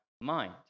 mind